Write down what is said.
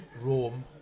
Rome